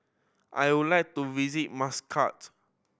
I would like to visit Muscat